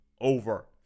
over